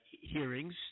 hearings